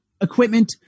equipment